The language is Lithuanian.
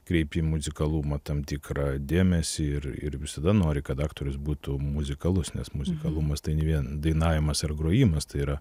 kreipi į muzikalumą tam tikrą dėmesį ir ir visada nori kad aktorius būtų muzikalus nes muzikalumas tai ne vien dainavimas ar grojimas tai yra